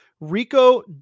Rico